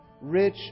rich